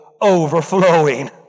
overflowing